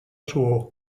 suor